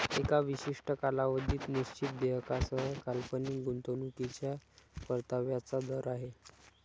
एका विशिष्ट कालावधीत निश्चित देयकासह काल्पनिक गुंतवणूकीच्या परताव्याचा दर आहे